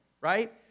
right